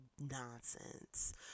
nonsense